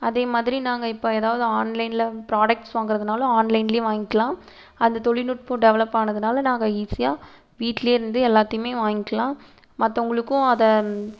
அதேமாதிரி நாங்கள் இப்போ எதாவது ஆன்லைனில் ப்ராடக்ட்ஸ் வாங்கிறதுனாலும் ஆன்லைனிலே வாங்கிக்கலாம் அந்த தொழில்நுட்பம் டெவெலப் ஆனதுனால் நாங்கள் ஈஸியாக வீட்டிலே இருந்து எல்லாத்தையுமே வாங்கிக்கலாம் மற்றவங்களுக்கும் அதை